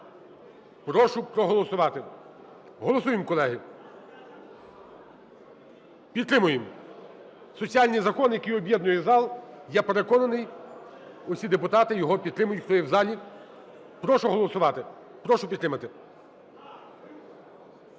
прошу проголосувати. Голосуємо, колеги, підтримуємо соціальний закон, який об'єднує зал. Я переконаний, усі депутати його підтримують, хто є в залі. Прошу голосувати, прошу підтримати.